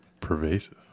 Pervasive